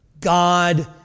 God